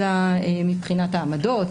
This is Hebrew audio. אלא מבחינת העמדות,